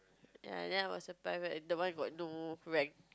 ya and then I was a private is the one with got no rank